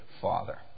father